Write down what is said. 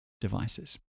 devices